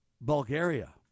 Bulgaria